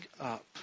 up